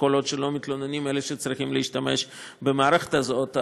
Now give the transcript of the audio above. וכל עוד לא מתלוננים אלה שצריכים להשתמש במערכת הזאת,